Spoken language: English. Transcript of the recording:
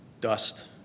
dust